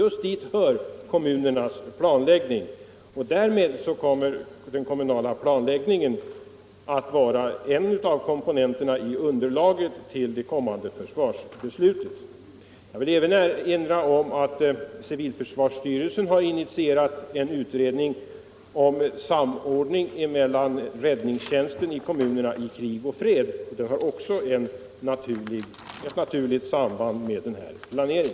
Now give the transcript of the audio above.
Just dit hör kommunernas planläggning, och därmed blir den kommunala planläggningen en av komponenterna i underlaget för det kommande försvarsbeslutet. Jag vill också erinra om att civilförsvarsstyrelsen har initierat en utredning om samordning mellan räddningstjänsten i kommunerna i krig och fred. Det har också ett naturligt samband med denna planering.